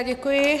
Děkuji.